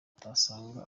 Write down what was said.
utasanga